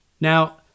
Now